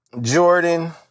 Jordan